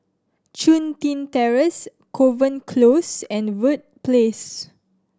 Chun Tin Terrace Kovan Close and Verde Place